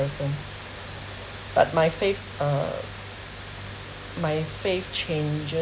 but my faith uh my faith changing